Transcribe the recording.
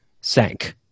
sank